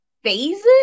phases